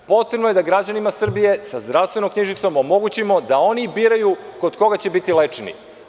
Potrebno je da građanima Srbije sa zdravstvenom knjižicom omogućimo da oni biraju kod koga će biti lečeni.